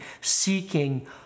seeking